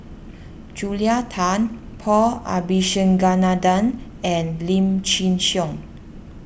Julia Tan Paul Abisheganaden and Lim Chin Siong